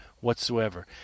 whatsoever